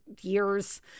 years